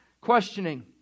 Questioning